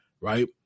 right